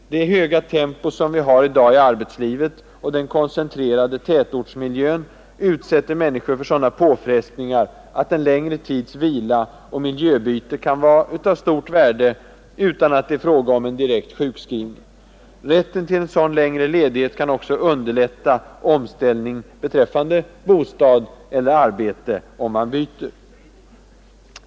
Det höga tempot i arbetslivet och den koncentrerade tätortsmiljön utsätter människor för sådana påfrestningar, att en längre tids vila och miljöbyte kan vara av stort värde, utan att det är fråga om en direkt sjukskrivning. Rätten till en sådan längre ledighet kan också underlätta omställning vid byte av bostad eller arbete.